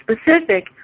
specific